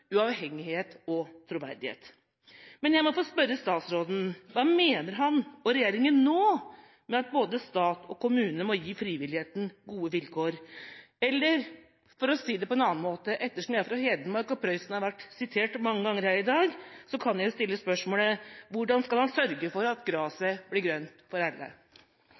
uavhengighet og troverdighet. Jeg må få spørre statsråden: Hva mener han og regjeringa nå med at både stat og kommune må gi frivilligheten gode vilkår? Eller for å si det på en annen måte: Ettersom jeg er fra Hedmark og Prøysen har vært sitert mange ganger her i dag, kan jeg jo stille spørsmålet: Hvordan skal han sørge for at «graset er grønt for